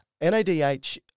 NADH